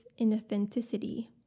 inauthenticity